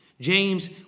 James